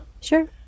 Sure